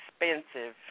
expensive